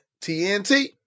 TNT